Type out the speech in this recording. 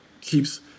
keeps